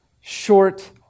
short